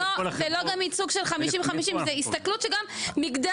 זה גם לא ייצוג של 50-50. זוהי הסתכלות מגדרית